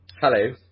Hello